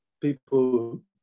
people